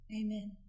Amen